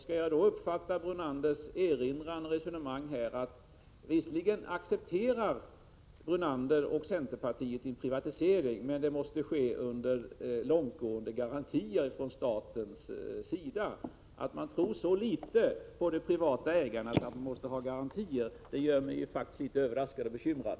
Skall jag uppfatta hans erinran och hans resonemang här så, att Lennart Brunander och centerpartiet visserligen accepterar en privatisering men att den måste ske under långtgående garantier från statens sida? Att man tror så litet på de privata ägarna att man måste ha garantier gör mig faktiskt både överraskad och bekymrad.